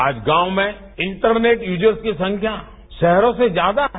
आज गांव में इंटरनेट यूजर्स की संख्या शहरों से ज्यादा हैं